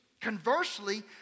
Conversely